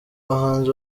bahanzi